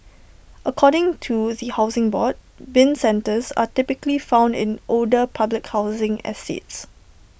according to the Housing Board Bin centres are typically found in older public housing estates